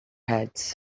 heads